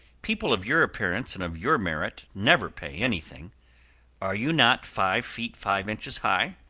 people of your appearance and of your merit never pay anything are you not five feet five inches high?